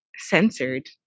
censored